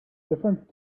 different